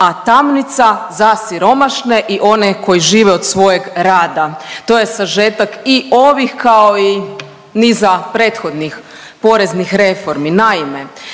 a tamnica za siromašne i one koji žive od svojeg rada. To je sažetak i ovih, kao i niza prethodnih poreznih reformi. Naime,